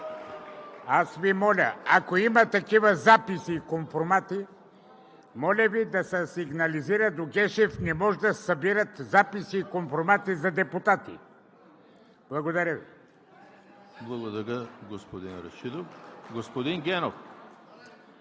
Аз Ви моля, ако има такива записи и компромати, да се сигнализира до Гешев. Не може да се събират записи и компромати за депутати! Благодаря Ви.